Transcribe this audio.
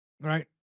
right